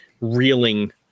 reeling